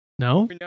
No